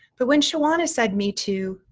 but when shawana said, me too,